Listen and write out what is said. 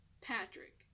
Patrick